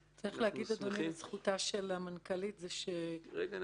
צריך להגיד לזכותה של המנכ"לית --- רגע,